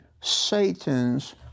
Satan's